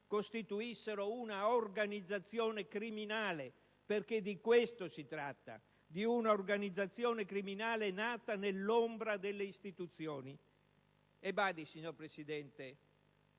costituissero una organizzazione criminale. Perché di questo si tratta: una organizzazione criminale nata nell'ombra delle istituzioni. E badi, signor Presidente: